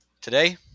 Today